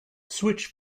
switch